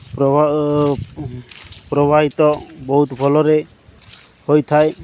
ପ୍ରବାହିତ ବହୁତ ଭଲରେ ହୋଇଥାଏ